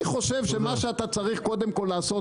אני חושב שמה שאתה צריך קודם כל לעשות